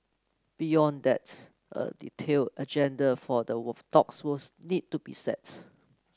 beyond that a detailed agenda for the talks will need to be set